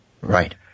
Right